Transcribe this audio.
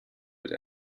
with